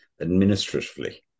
administratively